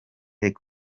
ijambo